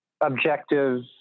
objective